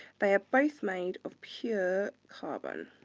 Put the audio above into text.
they are both made of pure carbon.